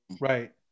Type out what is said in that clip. Right